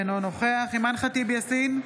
אינו נוכח אימאן ח'טיב יאסין,